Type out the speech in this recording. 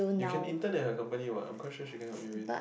you can enter their company what of course sure she cannot win win